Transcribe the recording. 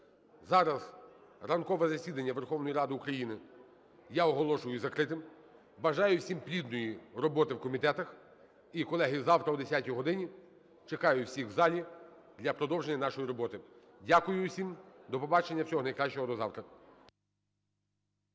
Зараз ранкове засідання Верховної Ради України я оголошую закритим. Бажаю всім плідної роботи в комітетах. І, колеги, завтра о 10 годині чекаю всіх в залі для продовження нашої роботи. Дякую всім. До побачення. Всього найкращого. До завтра.